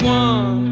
one